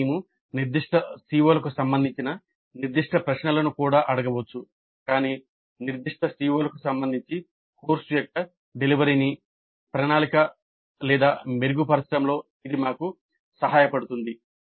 కానీ మేము నిర్దిష్ట CO లకు సంబంధించిన నిర్దిష్ట ప్రశ్నలను కూడా అడగవచ్చు మరియు నిర్దిష్ట CO లకు సంబంధించి కోర్సు యొక్క డెలివరీని ప్రణాళిక మెరుగుపరచడంలో ఇది మాకు సహాయపడుతుంది